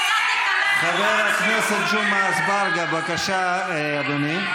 חבר הכנסת ג'מעה אזברגה, בבקשה, אדוני.